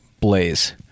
Blaze